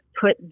put